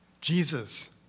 Jesus